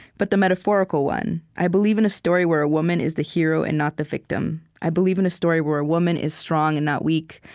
but the metaphorical one. i believe in a story where a woman is the hero and not the victim. i believe in a story where a woman is strong and not weak.